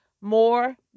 more